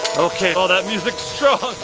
okay, oh that music's strong.